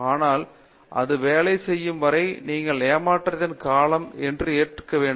ஆனால் அது வேலை செய்யும் வரை நீங்கள் ஏமாற்றத்தின் காலம் என்று ஏற்க வேண்டும்